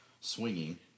swinging